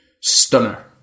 stunner